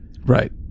right